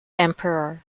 emperor